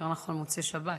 יותר נכון במוצאי שבת,